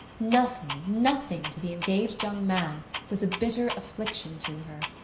nothing, nothing to the engaged young man was a bitter affliction to her.